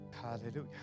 Hallelujah